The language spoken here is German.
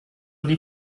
die